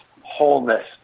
wholeness